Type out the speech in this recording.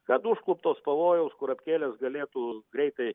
kad užkluptos pavojaus kurapkėlės galėtų greitai